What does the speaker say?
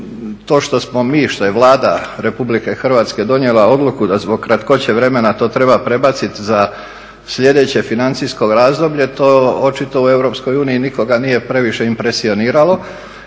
to što smo mi, što je Vlada Republike Hrvatske donijela odluku da zbog kratkoće vremena to treba prebaciti za sljedeće financijsko razdoblje to očito u EU nikoga nije previše impresioniralo